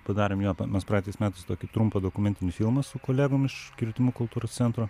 padarėm jo mes praeitais metais tokį trumpą dokumentinį filmą su kolegom iš kirtimų kultūros centro